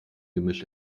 gemisch